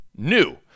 new